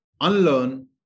unlearn